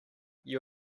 you